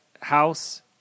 house